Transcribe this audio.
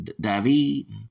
David